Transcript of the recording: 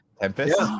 Tempest